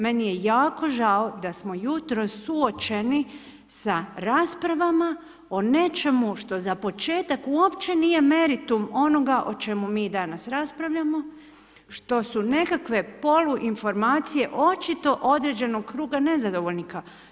Meni je jako žao, da smo jutros suočeni sa raspravama, o nečemu što za početak uopće nije meritum, onoga o čemu mi danas raspravljamo, što su nekakve poluinformacije, očito određenog kluba nezadovoljnika.